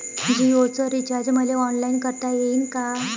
जीओच रिचार्ज मले ऑनलाईन करता येईन का?